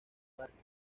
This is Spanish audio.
barrios